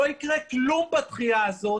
לא יקרה כלום בדחייה הזאת,